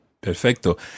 Perfecto